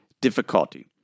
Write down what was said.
difficulty